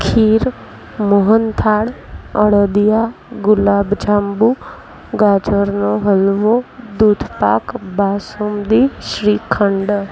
ખીર મોહનથાળ અડદિયા ગુલાબ જાંબુ ગાજરનો હલવો દૂધ પાક બાસુંદી શ્રીખંડ